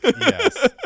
Yes